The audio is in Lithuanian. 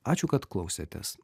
ačiū kad klausėtės